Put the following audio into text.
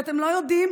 כי אתם לא יודעים,